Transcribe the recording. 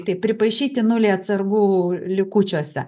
tai pripaišyti nulai atsargų likučiuose